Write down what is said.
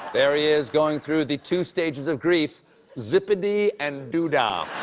there he is going through the two stages of grief zip-a-dee and doo-dah.